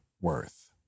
worth